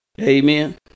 Amen